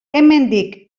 hemendik